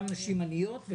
גם נשים עניות,